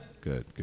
Good